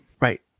Right